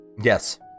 Yes